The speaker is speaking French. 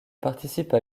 participe